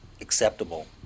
acceptable